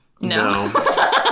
No